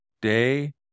Day